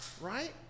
right